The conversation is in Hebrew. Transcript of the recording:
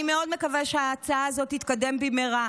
אני מאוד מקווה שההצעה הזאת תתקדם במהרה,